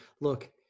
look